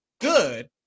good